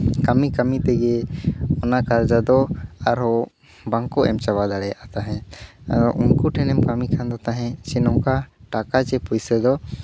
ᱠᱟᱹᱢᱤ ᱠᱟᱹᱢᱤ ᱛᱮᱜᱮ ᱚᱱᱟ ᱠᱟᱨᱡᱟ ᱫᱚ ᱟᱨᱦᱚᱸ ᱵᱟᱝ ᱠᱚ ᱮᱢ ᱪᱟᱵᱟ ᱫᱟᱲᱮᱭᱟᱫ ᱛᱟᱦᱮᱸᱫ ᱟᱫᱚ ᱩᱱᱠᱩ ᱴᱷᱮᱱᱮᱢ ᱠᱟᱹᱢᱤ ᱠᱟᱱ ᱛᱟᱦᱮᱸᱫ ᱥᱮ ᱱᱚᱝᱠᱟ ᱴᱟᱠᱟ ᱪᱮ ᱯᱩᱭᱥᱟᱹ ᱫᱚ